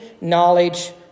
knowledge